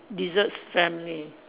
desserts family